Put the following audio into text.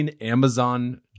Amazon